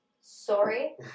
Sorry